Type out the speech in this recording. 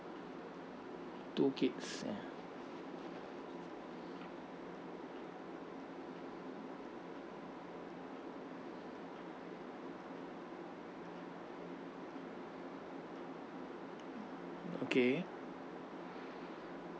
two kids ya okay